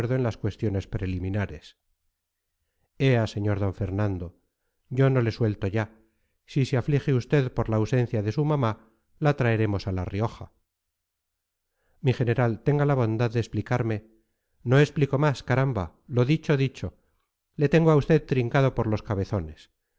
en las cuestiones preliminares ea sr d fernando yo no le suelto ya si se aflige usted por la ausencia de su mamá la traeremos a la rioja mi general tenga la bondad de explicarme no explico más caramba lo dicho dicho le tengo a usted trincado por los cabezones